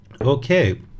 Okay